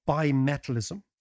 bimetallism